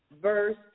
verse